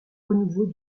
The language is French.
renouveau